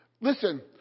Listen